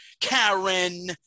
Karen